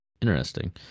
Interesting